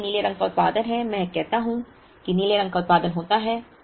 इसलिए नीले रंग का उत्पादन है मैं कहता हूं कि नीले रंग का उत्पादन होता है